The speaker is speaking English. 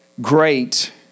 great